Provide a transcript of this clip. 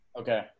Okay